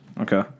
Okay